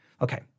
okay